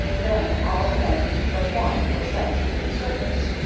then all the men but one were sent to the surface,